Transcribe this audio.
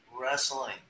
wrestling